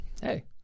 Hey